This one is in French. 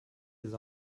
des